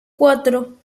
cuatro